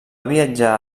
viatjar